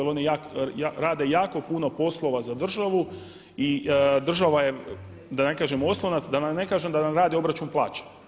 Jer oni rade jako puno poslova za državu i država je da ne kažem oslonac, da ne kažem da nam rade obračun plaća.